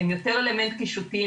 הם יותר אלמנט קישוטי,